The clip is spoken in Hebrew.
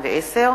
הכנסת,